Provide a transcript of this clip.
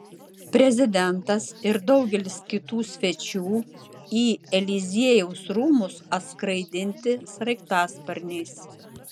prezidentas ir daugelis kitų svečių į eliziejaus rūmus atskraidinti sraigtasparniais